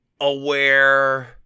aware